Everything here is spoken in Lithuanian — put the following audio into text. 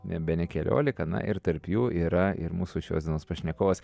bene keliolika na ir tarp jų yra ir mūsų šios dienos pašnekovas